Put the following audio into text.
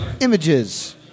Images